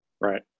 Right